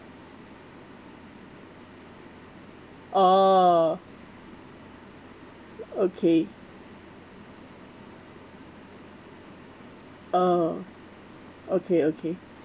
orh okay orh okay okay